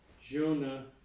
Jonah